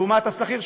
לעומת השכיר,